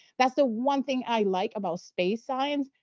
that's the one thing i like about space science.